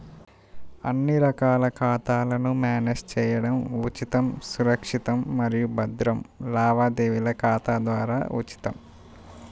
అన్ని రకాల ఖాతాలను మ్యానేజ్ చేయడం ఉచితం, సురక్షితం మరియు భద్రం లావాదేవీల ఖాతా ద్వారా ఉచితం